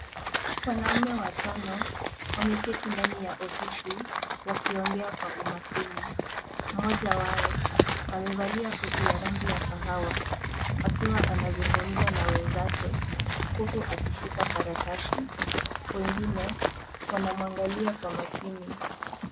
Wanaume watano wameketi ndani ya ofisi wkaiongea kwa umakini, mmoja wao amevalia koti la rangi ya kahawa akiwa anazungumza na wenzake huku akishika karatasi , wengine wanamuangalia Kwa makini.